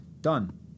Done